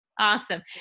Awesome